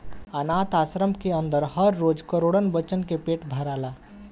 आनाथ आश्रम के अन्दर हर रोज करोड़न बच्चन के पेट भराला